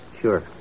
Sure